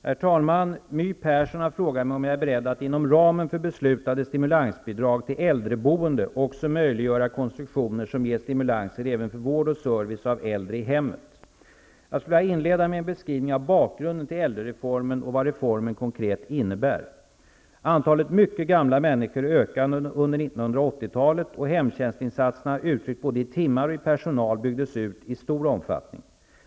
Herr talman! My Persson har frågat mig om jag är beredd att inom ramen för beslutade stimulansbidrag till äldreboende också möjliggöra konstruktioner som ger stimulanser även för vård och service av äldre i hemmet. Jag skulle vilja inleda med en beskrivning av bakgrunden till äldrereformen och vad reformen konkret innebär. Antalet mycket gamla människor ökade under 1980-talet och hemtjänstinsatserna uttryckt både i timmar och i personal byggdes ut i stor omfattning.